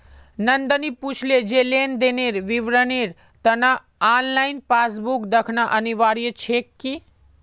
नंदनी पूछले जे लेन देनेर विवरनेर त न ऑनलाइन पासबुक दखना अनिवार्य छेक की